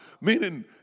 Meaning